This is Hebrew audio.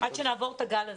עד שנעבור את הגל הזה.